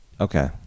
Okay